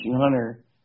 Hunter